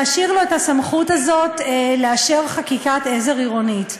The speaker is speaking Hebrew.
להשאיר לו את הסמכות הזאת לאשר חקיקת עזר עירונית.